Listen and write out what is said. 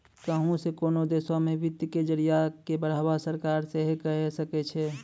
कहुं से कोनो देशो मे वित्त के जरिया के बढ़ावा सरकार सेहे करे सकै छै